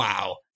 wow